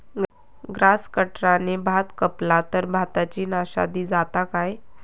Grass कटराने भात कपला तर भाताची नाशादी जाता काय?